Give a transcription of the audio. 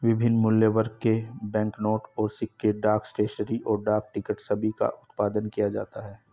विभिन्न मूल्यवर्ग के बैंकनोट और सिक्के, डाक स्टेशनरी, और डाक टिकट सभी का उत्पादन किया जाता है